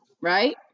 right